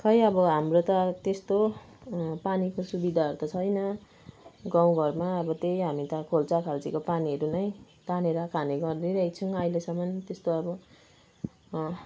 खै अब हाम्रो त त्यस्तो पानीको सुविधाहरू त छैन गाउँ घरमा अब त्यही हामी त खेल्सा खाल्सीको पानीहरू नै तानेर खाने गरिरहेको छैँ अहिलेसम्म त्यस्तो अब